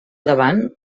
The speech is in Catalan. davant